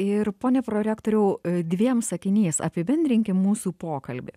ir pone prorektoriau dviem sakiniais apibendrinkim mūsų pokalbį